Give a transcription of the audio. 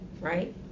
right